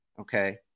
Okay